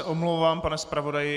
Omlouvám se, pane zpravodaji.